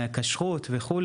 כשרות וכו',